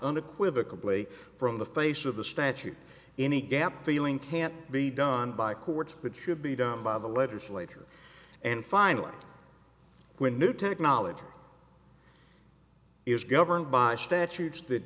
unequivocal blee from the face of the statute any gap feeling can't be done by courts but should be done by the legislature and finally when new technology is governed by statutes that